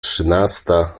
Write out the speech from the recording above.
trzynasta